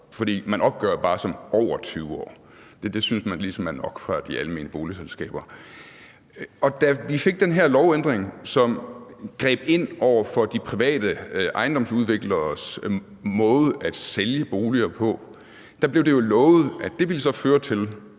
for man opgør det bare som værende over 20 år, for det synes man ligesom er nok fra de almene boligselskabers side. Da vi fik den her lovændring, som greb ind over for de private ejendomsudvikleres måde at sælge boliger på, blev det jo lovet, at det så ville føre til,